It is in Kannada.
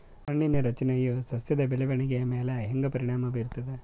ಮಣ್ಣಿನ ರಚನೆಯು ಸಸ್ಯದ ಬೆಳವಣಿಗೆಯ ಮ್ಯಾಲ ಹ್ಯಾಂಗ ಪರಿಣಾಮ ಬೀರ್ತದ?